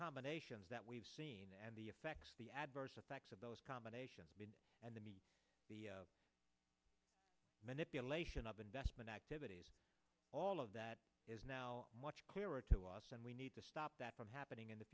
combinations that we've seen and the effects the adverse effects of those combination in the media the manipulation of investment activities all of that is now much clearer to us and we need to stop that from happening in the